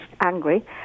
angry